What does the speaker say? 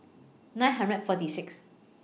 nine hundred and forty six